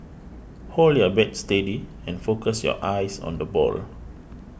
hold your bat steady and focus your eyes on the ball